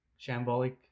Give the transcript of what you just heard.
shambolic